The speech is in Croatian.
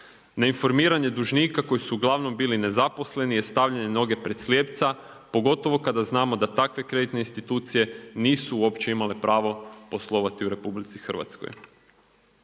Neinformiranje dužnika koji su uglavnom bili nezaposleni je stavljanje noge pred slijepca pogotovo kada znamo da takve kreditne institucije nisu uopće imale pravo poslovati u RH. Strategija